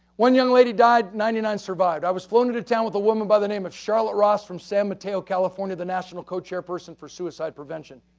one young lady died, ninety nine survived. i was flown into town with a woman by the name of charlotte ross from san mateo, california, the national co-chair person for suicide prevention.